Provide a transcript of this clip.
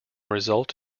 result